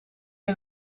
and